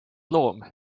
loom